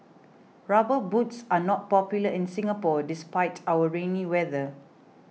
rubber boots are not popular in Singapore despite our rainy weather